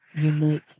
unique